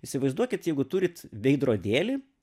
įsivaizduokit jeigu turit veidrodėlį